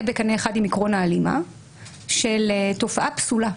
בקנה אחד עם עקרון ההלימה של תופעה פסולה,